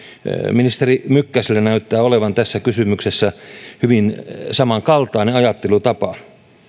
ministeri mykkäsellä näyttää olevan tässä kysymyksessä hyvin samankaltainen ajattelutapa